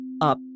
up